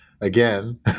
again